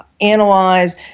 analyze